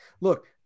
Look